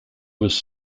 was